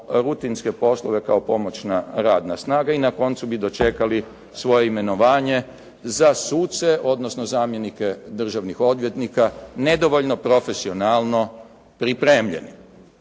rutinske poslove kao pomoćna radna snaga i na koncu bi dočekali svoje imenovanje za suce, odnosno zamjenike državnih odvjetnika, nedovoljno profesionalno pripremljeni.